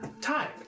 Time